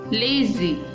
lazy